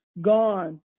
Gone